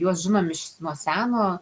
juos žinom iš nuo seno